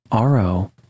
ro